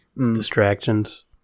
distractions